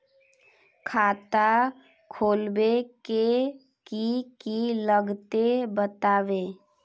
खाता खोलवे के की की लगते बतावे?